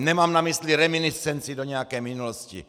Nemám na mysli reminiscenci do nějaké minulosti!